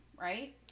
right